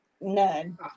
None